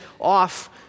off